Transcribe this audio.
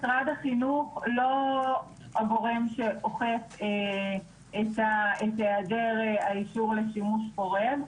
משרד החינוך לא הגורם שאוכף את היעדר האישור לשימוש חורג.